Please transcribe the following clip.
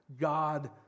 God